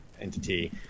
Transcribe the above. entity